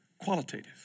qualitative